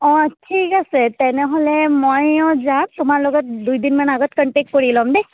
অঁ ঠিক আছে তেনেহ'লে ময়ো যাম তোমাৰ লগত দুইদিনমান আগত কণ্টেক্ট কৰি ল'ম দেই